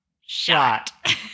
shot